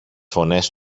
φωνές